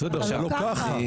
בסדר, אבל לא כך.